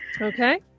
Okay